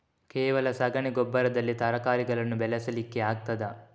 ಕೇವಲ ಸಗಣಿ ಗೊಬ್ಬರದಲ್ಲಿ ತರಕಾರಿಗಳನ್ನು ಬೆಳೆಸಲಿಕ್ಕೆ ಆಗ್ತದಾ?